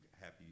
happy